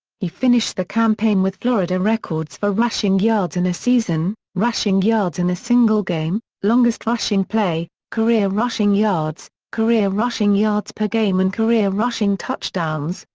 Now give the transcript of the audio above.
he finished the campaign with florida records for rushing yards in a season, rushing yards in a single game, longest rushing play, career rushing yards, career rushing yards per game and career rushing touchdowns,